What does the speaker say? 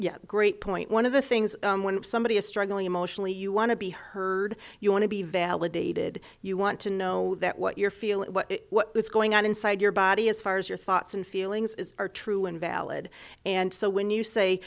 yet great point one of the things when somebody is struggling emotionally you want to be heard you want to be validated you want to know that what you're feeling what is going on inside your body as far as your thoughts and feelings are true and valid and so when you say